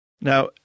Now